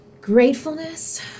gratefulness